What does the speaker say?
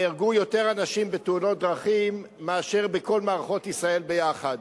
נהרגו יותר אנשים בתאונות דרכים מאשר בכל מערכות ישראל יחד.